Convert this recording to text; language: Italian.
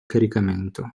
caricamento